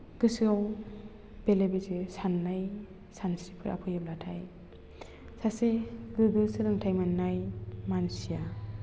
गोसोआव बेले बेजे सान्नाय सानस्रिफोरा फैयोबाथाय सासे गोगो सोलोंथाइ मोन्नाय मानसिया